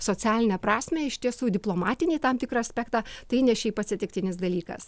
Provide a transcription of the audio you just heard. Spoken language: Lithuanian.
socialinę prasmę iš tiesų diplomatinį tam tikrą aspektą tai ne šiaip atsitiktinis dalykas